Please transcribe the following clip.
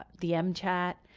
the mchat.